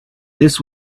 this